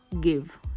give